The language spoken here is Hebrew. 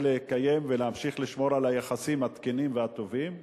לקיים ולהמשיך לשמור על היחסים התקינים והטובים אתנו,